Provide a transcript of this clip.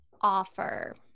offer